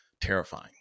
terrifying